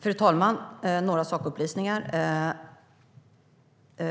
Fru talman! Jag ska ge några sakupplysningar. På